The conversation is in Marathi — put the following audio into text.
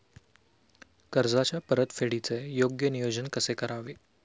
कर्जाच्या परतफेडीचे योग्य नियोजन कसे करावे?